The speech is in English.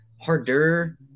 harder